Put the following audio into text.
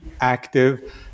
active